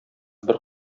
бер